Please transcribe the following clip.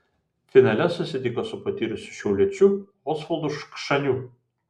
finale susitiko su patyrusiu šiauliečiu osvaldu kšaniu